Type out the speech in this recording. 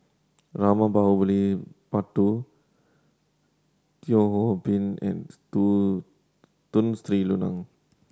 Rama Teo Ho Pin and Tun Sri Lanang